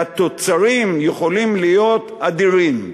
והתוצרים יכולים להיות אדירים.